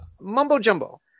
mumbo-jumbo